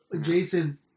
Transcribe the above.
Jason